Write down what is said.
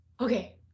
Okay